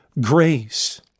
grace